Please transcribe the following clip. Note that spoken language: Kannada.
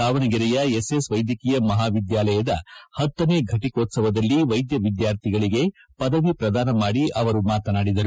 ದಾವಣಗೆರೆಯ ಎಸ್ಎಸ್ ವೈದ್ಯಕೀಯ ಮಹಾವಿದ್ಯಾಲಯದ ಪತ್ತನೆ ಘಟಿಕೋತ್ಸವದಲ್ಲಿ ವೈದ್ಯ ವಿದ್ಯಾರ್ಥಿಗಳಿಗೆ ಪದವಿ ಪ್ರದಾನ ಮಾಡಿ ಅವರು ಮಾತನಾಡಿದರು